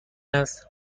است